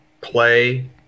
Play